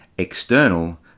external